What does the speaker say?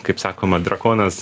kaip sakoma drakonas